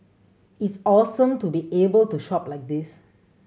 it's awesome to be able to shop like this